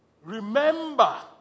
Remember